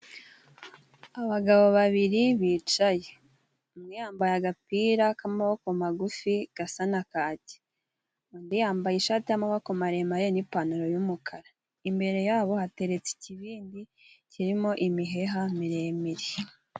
Abagabo babiri bicaye. Umwe yambaye agapira k'amaboko magufi gasa na kaki. Undi yambaye ishati y'amaboko maremare n'ipantaro y'umukara. Imbere ya bo hateretse ikibindi kirimo imiheha miremire.